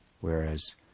Whereas